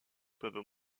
peuvent